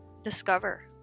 discover